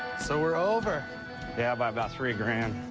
so we're over. yeah, by about three grand.